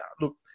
Look